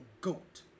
goat